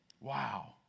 Wow